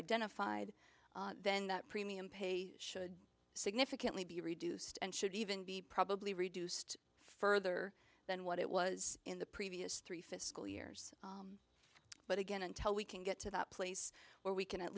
identified then that premium pay should significantly be reduced and should even be probably reduced further than what it was in the previous three fiscal years but again until we can get to that place where we can at